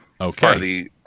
Okay